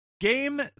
game